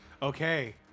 Okay